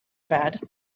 bed